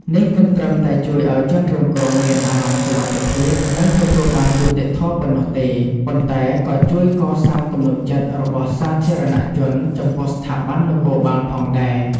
នេះមិនត្រឹមតែជួយឱ្យជនរងគ្រោះមានអារម្មណ៍សុវត្ថិភាព និងទទួលបានយុត្តិធម៌ប៉ុណ្ណោះទេ ប៉ុន្តែក៏ជួយកសាងទំនុកចិត្តរបស់សាធារណជនចំពោះស្ថាប័ននគរបាលផងដែរ។